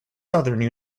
southern